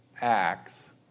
acts